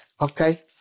okay